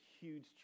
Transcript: huge